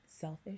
selfish